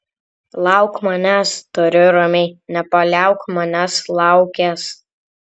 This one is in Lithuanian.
lauk manęs tariu ramiai nepaliauk manęs laukęs